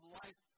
life